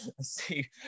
see